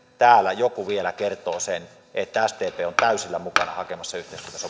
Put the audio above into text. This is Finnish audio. täällä joku vielä kertoo sen että sdp on täysillä mukana hakemassa